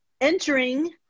entering